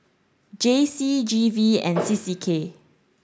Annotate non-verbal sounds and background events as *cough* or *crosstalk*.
J C G V and *noise* C C K